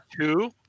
two